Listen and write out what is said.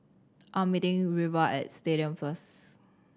I am meeting Reva at Stadium first